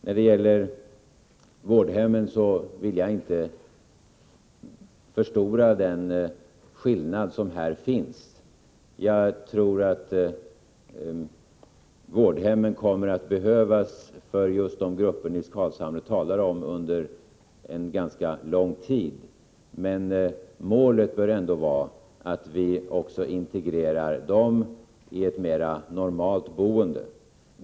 När det gäller vårdhemmen vill jag inte förstora den skillnad som här finns. Jag tror att vårdremmen under en ganska lång tid kommer att behövas för just de grupper Nils Carlshamre talade om, men målet bör ändå vara att vi integrerar också dem i ett mera normalt boende.